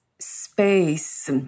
space